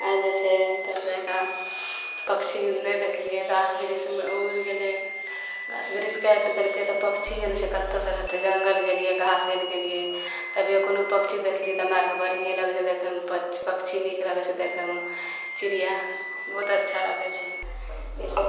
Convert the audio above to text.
आओर जे छै ईसब जगह पक्षी नहि देखलिए गाछ बिरिछमे उड़ि गेलै गाछ बिरिछ काटि देलकै तऽ पक्षिए नहि छै कतएसे रहतै जङ्गल गेलिए घासे ले गेलिए तभिए कोनो पक्षी देखलिए तऽ हमरा आओरकेँ बढ़िएँ लगै हइ देखैमे पपक्षी नीक लगै छै देखैमे चिड़िआँ बहुत अच्छा लगै छै ईसब